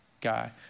guy